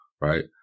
right